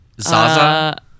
Zaza